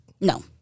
No